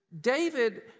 David